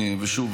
ושוב,